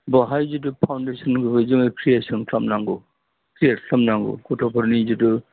बेवहाय जितु फावण्डेसनखौ जोङो क्रियेसन खालामनांगौ क्रियेत खालामनांगौ गथ'फोरनि जितु